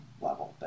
level